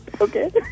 okay